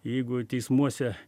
jeigu teismuose